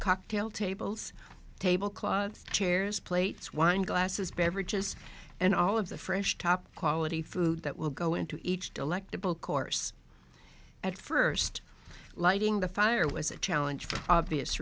cocktail tables table cloth chairs plates wine glasses beverages and all of the fresh top quality food that will go into each delectable course at first lighting the fire was a challenge